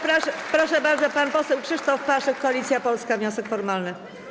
Proszę bardzo, pan poseł Krzysztof Paszyk, Koalicja Polska, wniosek formalny.